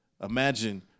Imagine